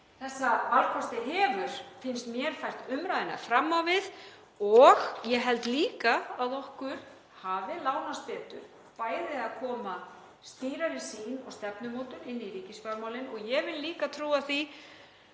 þessa valkosti hefur, finnst mér, fært umræðuna fram á við og ég held líka að okkur hafi lánast betur að koma bæði skýrari sýn og stefnumótun í ríkisfjármálin. Ég vil líka trúa því,